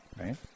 Right